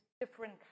different